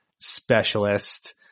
specialist